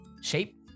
shape